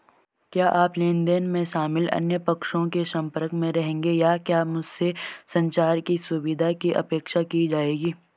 क्या आप लेन देन में शामिल अन्य पक्षों के संपर्क में रहेंगे या क्या मुझसे संचार की सुविधा की अपेक्षा की जाएगी?